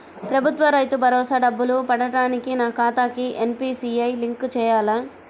ప్రభుత్వ రైతు భరోసా డబ్బులు పడటానికి నా ఖాతాకి ఎన్.పీ.సి.ఐ లింక్ చేయాలా?